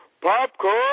popcorn